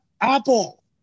Apple